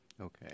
Okay